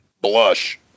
Blush